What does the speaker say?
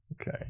okay